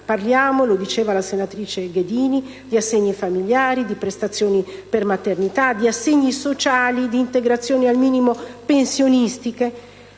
Parliamo - lo diceva la senatrice Ghedini - di assegni familiari, di prestazioni per maternità, di assegni sociali d'integrazione al minimo pensionistico,